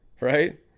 right